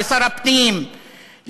לשר הפנים,